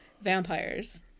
vampires